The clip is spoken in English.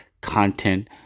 content